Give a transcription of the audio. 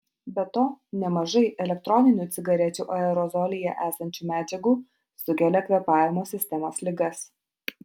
be to nemažai elektroninių cigarečių aerozolyje esančių medžiagų sukelia kvėpavimo sistemos ligas